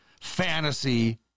fantasy